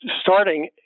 starting